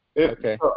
Okay